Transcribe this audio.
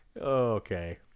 Okay